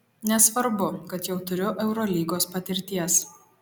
nesvarbu kad jau turiu eurolygos patirties